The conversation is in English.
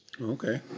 Okay